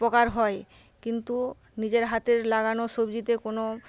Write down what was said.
উপকার হয় কিন্তু নিজের হাতের লাগানো সবজিতে কোনো